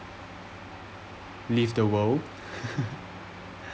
leave the world